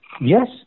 Yes